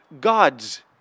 gods